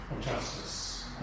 justice